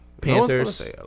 Panthers